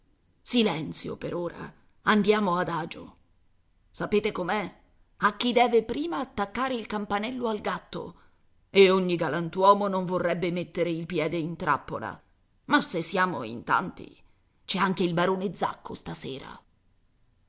silenzio per ora andiamo adagio sapete com'è a chi deve prima attaccare il campanello al gatto e ogni galantuomo non vorrebbe mettere il piede in trappola ma se siamo in tanti c'è anche il barone zacco stasera